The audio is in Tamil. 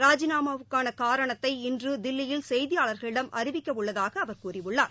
ராஜிநாமாவுக்கான காரணத்தை இன்று தில்லியில் செய்தியாளா்களிடம் அறிவிக்கவுள்ளதாக அவா் கூறியுள்ளார்